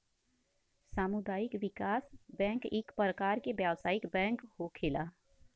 सामुदायिक विकास बैंक इक परकार के व्यवसायिक बैंक होखेला